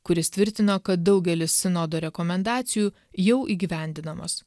kuris tvirtino kad daugelis sinodo rekomendacijų jau įgyvendinamos